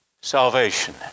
salvation